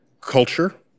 culture